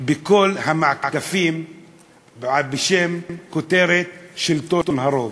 בכל המעקפים תחת הכותרת "שלטון הרוב".